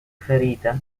ferita